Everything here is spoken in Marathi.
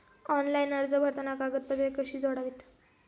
ऑनलाइन अर्ज भरताना कागदपत्रे कशी जोडावीत?